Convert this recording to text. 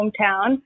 hometown